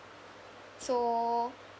so